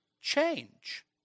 change